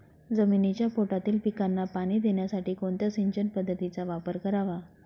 जमिनीच्या पोटातील पिकांना पाणी देण्यासाठी कोणत्या सिंचन पद्धतीचा वापर करावा?